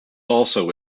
also